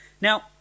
Now